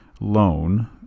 loan